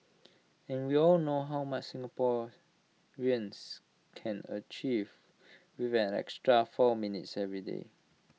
and we all know how much Singaporeans can achieve with an extra four minutes every day